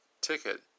ticket